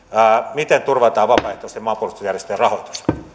miten turvataan vapaaehtoisten maanpuolustusjärjestöjen rahoitus